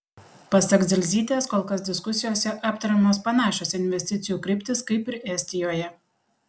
pasak dzelzytės kol kas diskusijose aptariamos panašios investicijų kryptys kaip ir estijoje